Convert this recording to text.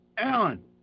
Alan